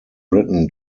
britain